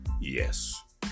yes